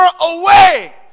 away